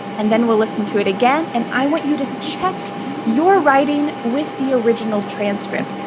and then we'll listen to it again, and i want you to check your writing with the original transcript.